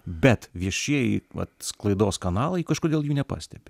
bet viešieji vat sklaidos kanalai kažkodėl jų neprastebi